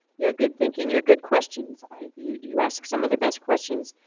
your good thinking, you're good questions. i you ask some of the best questions.